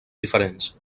diferents